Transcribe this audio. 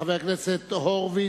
חבר הכנסת הורוביץ,